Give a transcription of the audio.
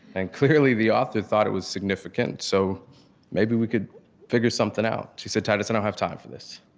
and clearly the author thought it was significant, so maybe we could figure something out. and she said, titus, i don't have time for this.